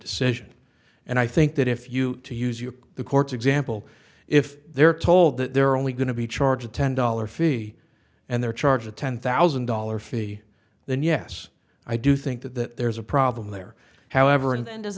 decision and i think that if you to use your the courts example if they're told that they're only going to be charge a ten dollar fee and they're charged a ten thousand dollars fee then yes i do think that there's a problem there however and